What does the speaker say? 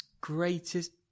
greatest